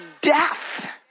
death